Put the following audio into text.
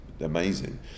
amazing